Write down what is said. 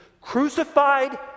crucified